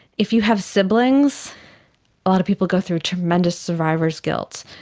if you have siblings a lot of people go through tremendous survivor's guilt,